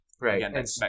Right